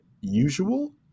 usual